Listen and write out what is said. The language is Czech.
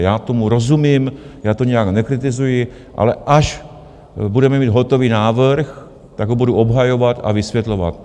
Já tomu rozumím, já to nijak nekritizuji, ale až budeme mít hotový návrh, tak ho budu obhajovat a vysvětlovat.